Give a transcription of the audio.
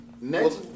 Next